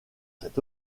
cet